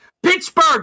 Pittsburgh